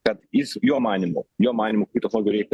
kad jis jo manymu jo manymu kokių technologijų reikia